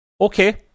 okay